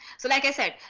so like i said,